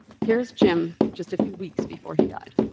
here's jim just a few weeks before he died,